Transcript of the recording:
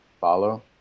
Follow